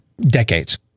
decades